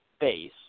base